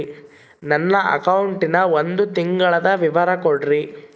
ನನ್ನ ಅಕೌಂಟಿನ ಒಂದು ತಿಂಗಳದ ವಿವರ ಕೊಡ್ರಿ?